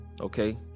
okay